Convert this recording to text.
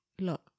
look